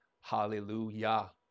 Hallelujah